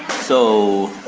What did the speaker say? so,